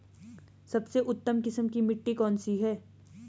सबसे उत्तम किस्म की मिट्टी कौन सी है?